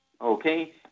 Okay